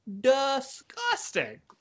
disgusting